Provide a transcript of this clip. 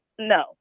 No